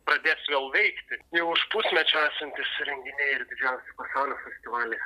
pradės vėl veikti jau už pusmečio esantys renginiai ir didžiausi pasaulio festivaliai